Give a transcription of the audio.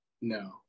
No